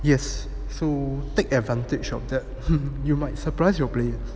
yes so take advantage of that you might surprise you are players